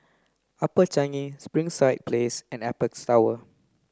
Upper Changi Springside Place and Apex Tower